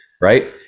Right